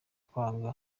kwanga